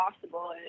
possible